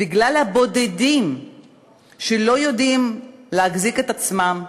ובגלל הבודדים שלא יודעים להחזיק את עצמם,